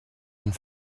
and